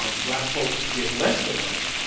um black folks get less than less,